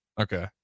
Okay